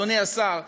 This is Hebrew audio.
אדוני השר,